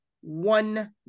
one